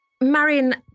Marion